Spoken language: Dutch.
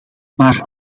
maar